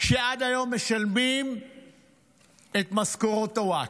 שעד היום משלמים את משכורות הווקף,